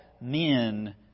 men